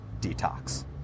Detox